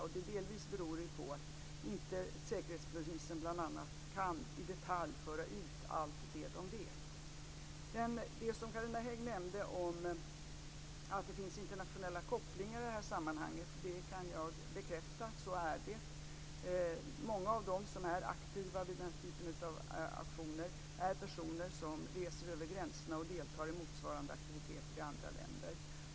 Delvis beror det på att bl.a. säkerhetspolisen inte i detalj kan föra ut allt det som den vet. Carina Hägg nämnde att det finns internationella kopplingar i det här sammanhanget, och jag kan bekräfta att det är så. Många av dem som är aktiva vid den här typen av handlingar är personer som reser över gränserna och deltar i motsvarande aktiviteter i andra länder.